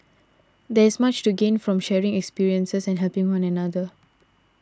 there is much to gain from the sharing of experiences and helping one another